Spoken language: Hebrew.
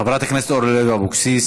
חברת הכנסת אורלי לוי אבקסיס,